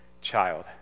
child